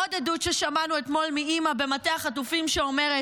עוד עדות שמענו אתמול מאימא במטה החטופים שאומרת: